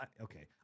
Okay